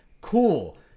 Cool